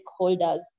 stakeholders